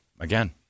Again